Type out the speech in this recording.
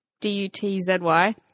D-U-T-Z-Y